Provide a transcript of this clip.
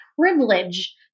privilege